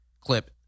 clip